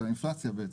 של האינפלציה בעצם.